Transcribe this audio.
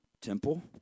Temple